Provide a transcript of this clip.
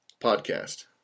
podcast